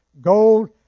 gold